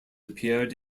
appeared